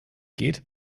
geht